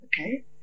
okay